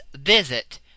visit